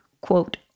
quote